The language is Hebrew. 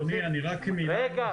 אדוני, רק מילה -- רגע.